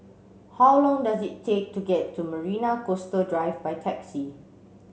how long does it take to get to Marina Coastal Drive by taxi